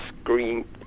Screen